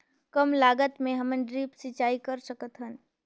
कम लागत मे हमन ड्रिप सिंचाई कर सकत हन?